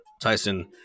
Tyson